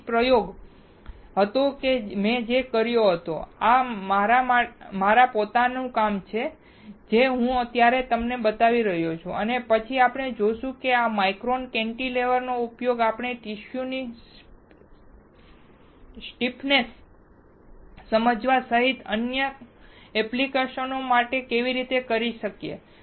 તેથી તે પ્રયોગ હતો જે મેં કર્યો હતો અને આ મારા પોતાના કામનું છે જે હું અત્યારે તમને બતાવી રહ્યો છું અને પછી આપણે જોશું કે આ માઇક્રો કેન્ટિલેવર નો ઉપયોગ આપણે ટીસ્યુ ની સ્ટીફનેસ ને સમજવા સહિત અનેક એપ્લિકેશનો માટે કેવી રીતે કરી શકીએ